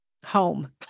Home